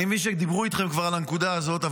אני מבין שכבר דיברו איתכם על הנקודה הזאת,